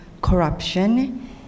corruption